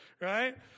right